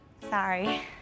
Sorry